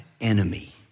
enemy